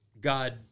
God